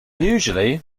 usually